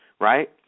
right